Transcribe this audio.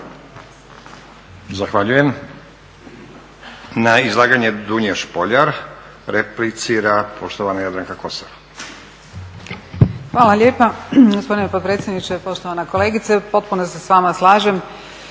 Zahvaljujem. Na izlaganje Dunje Špoljar replicira poštovana Jadranka Kosor. **Kosor, Jadranka (Nezavisni)** Hvala lijepa gospodine potpredsjedniče. Poštovana kolegice, potpuno se s vama slažem